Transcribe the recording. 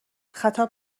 خطاب